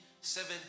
seven